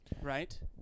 right